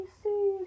see